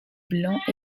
blancs